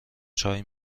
چای